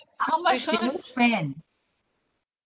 how much did you spend